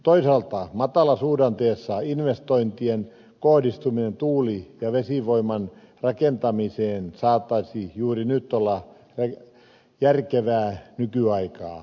toisaalta matalasuhdanteessa investointien kohdistuminen tuuli ja vesivoiman rakentamiseen saattaisi juuri nyt olla järkevää nykyaikaa